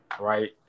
right